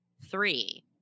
Three